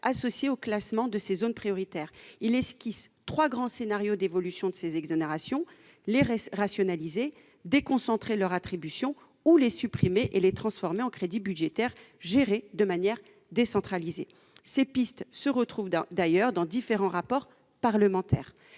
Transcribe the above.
associées au classement dans ces zones prioritaires. Il esquisse trois grands scénarios d'évolution de ces exonérations : les rationaliser, déconcentrer leur attribution ou les supprimer et les transformer en crédits budgétaires gérés de manière décentralisée. Ces pistes se retrouvent d'ailleurs dans différents rapports parlementaires.